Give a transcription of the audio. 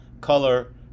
color